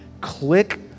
click